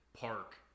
park